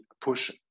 push